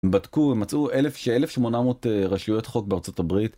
בדקו ומצאו ש-1800 רשויות חוק בארה״ב